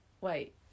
wait